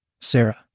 Sarah